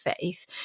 faith